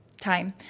time